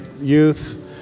youth